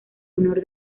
honor